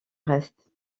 reste